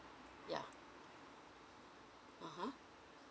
yeah ah ha